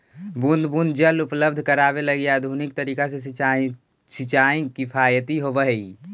बूंद बूंद जल उपलब्ध करावे लगी आधुनिक तरीका से सिंचाई किफायती होवऽ हइ